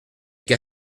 qu’a